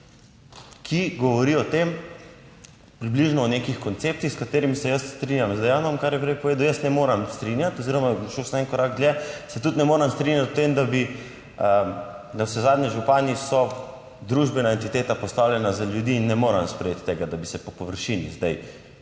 ki govori o tem, približno o nekih konceptih s katerimi se jaz strinjam z Dejanom, kar je prej povedal, jaz ne morem strinjati oziroma šel sem en korak dlje, se tudi ne morem strinjati s tem, da bi navsezadnje župani so družbena entiteta, postavljena za ljudi in ne morem sprejeti tega, da bi se po površini zdaj